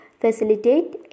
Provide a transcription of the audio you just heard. facilitate